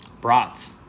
brats